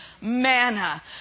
manna